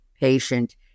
patient